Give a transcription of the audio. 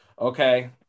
Okay